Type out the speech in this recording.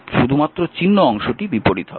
শুধুমাত্র চিহ্ন অংশটি বিপরীত হবে